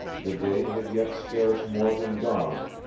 the day had yet scarce more than dawned,